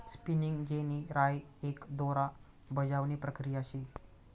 spinning jenny राय एक दोरा बजावणी प्रक्रिया शे